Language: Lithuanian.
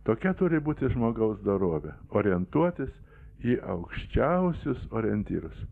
tokia turi būti žmogaus dorovė orientuotis į aukščiausius orientyrus